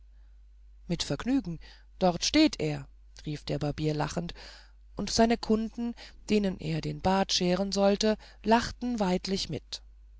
mit vergnügen dort steht er rief der barbier lachend und seine kunden denen er den bart scheren sollte lachten weidlich mit